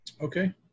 Okay